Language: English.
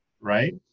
right